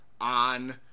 on